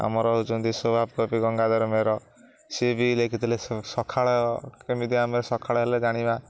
ଆମର ହେଉଛନ୍ତି ସ୍ୱଭାବ କବି ଗଙ୍ଗାଧର ମେହର ସିଏ ବି ଲେଖିଥିଲେ ସକାଳ କେମିତି ଆମେ ସକାଳ ହେଲେ ଜାଣିବା